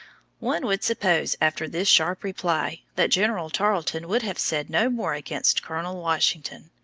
one would suppose, after this sharp reply, that general tarleton would have said no more against colonel washington,